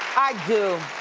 i do,